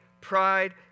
pride